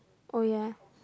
oh ya